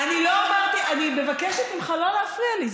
אני מבקשת ממך לא להפריע לי.